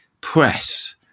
press